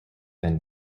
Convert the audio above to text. than